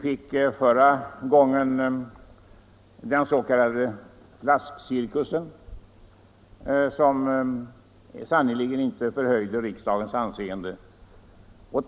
Förra gången fick vi den s.k. flaskcirkusen, som sannerligen inte förhöjde riksdagens anseende.